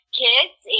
kids